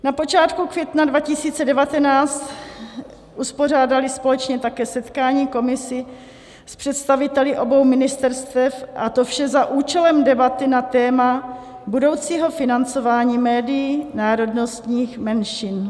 Na počátku května 2019 uspořádali společně také setkání komise s představiteli obou ministerstev, a to vše za účelem debaty na téma budoucího financování médií národnostních menšin.